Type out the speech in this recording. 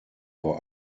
vor